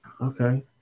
Okay